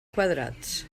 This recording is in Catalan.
quadrats